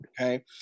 okay